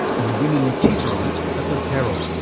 and women teeter on it at their peril.